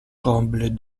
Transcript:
trembler